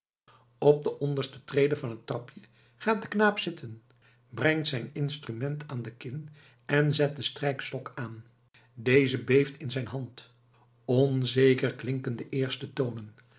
op de onderste trede van het trapje gaat de knaap zitten brengt zijn instrument aan de kin en zet den strijkstok aan deze beeft in zijn hand onzeker klinken de eerste tonen